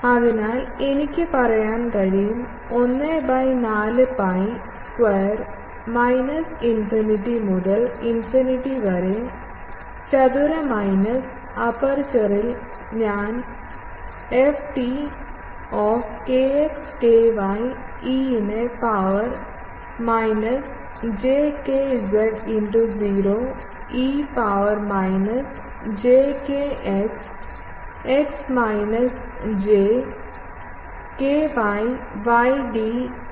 അതിനാൽ എനിക്ക് പറയാൻ കഴിയും 1 by 4 pi square minus infinity മുതൽ ഇൻഫിനിറ്റി വരെ ചതുര മൈനസ് അപ്പേർച്ചറിൽ ഞാൻ ft e നെ power minus j kz 0 e power minus j kx x minus j ky y d kx d ky